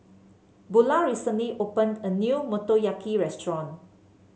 Bulah recently opened a new Motoyaki Restaurant